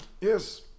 yes